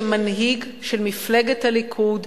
שמנהיג של מפלגת הליכוד,